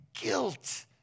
guilt